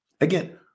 Again